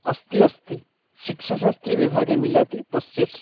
अस्ति अस्ति शिक्षाशास्त्रिविभागे मिलति पश्यतु